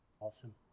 Awesome